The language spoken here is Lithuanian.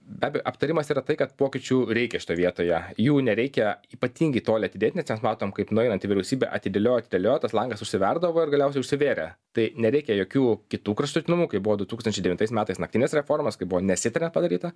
be bio aptarimas yra tai kad pokyčių reikia šitoj vietoje jų nereikia ypatingai toli atidėt nes mes matom kaip nueinanti vyriausybė atidėlio atidėlio tas langas užsiverdavo ir galiausiai užsivėrė tai nereikia jokių kitų kraštutinumų kaip buvo du tūkstančiai devintais metais naktinės reformos kai buvo nesitaria padaryta